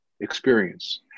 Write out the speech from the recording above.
experience